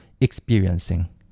experiencing